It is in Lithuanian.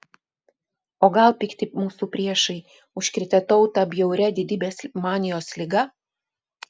o gal pikti mūsų priešai užkrėtė tautą bjauria didybės manijos liga